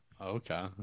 Okay